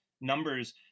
numbers